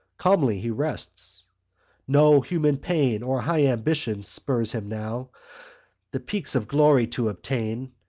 calmly he rests no human pain or high ambition spurs him now the peaks of glory to attain.